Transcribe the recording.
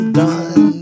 done